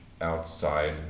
outside